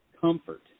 comfort